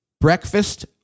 breakfast